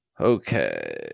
Okay